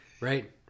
Right